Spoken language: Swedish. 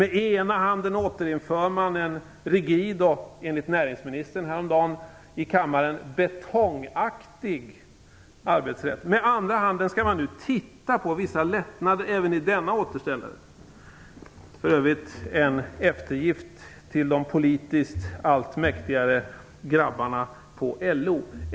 Å ena sidan återinför man en rigid och, enligt vad näringsministern sade häromdagen i kammaren, betongaktig arbetsrätt, å andra sidan skall man nu titta på vissa lättnader även i denna återställare, detta för övrigt en eftergift till de politiskt allt mäktigare grabbarna på LO.